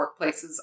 workplaces